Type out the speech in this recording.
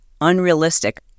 unrealistic